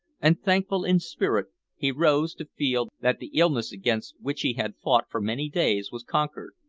and thankful in spirit he rose to feel that the illness against which he had fought for many days was conquered,